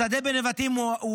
השדה בנבטים הוא